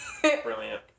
Brilliant